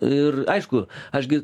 ir aišku aš gi